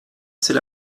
c’est